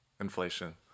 Inflation